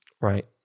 Right